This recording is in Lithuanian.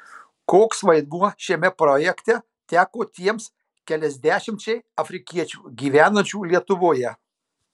koks vaidmuo šiame projekte teko tiems keliasdešimčiai afrikiečių gyvenančių lietuvoje